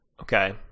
Okay